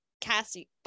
Cassie